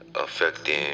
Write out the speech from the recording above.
Affecting